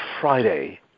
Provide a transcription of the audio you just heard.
Friday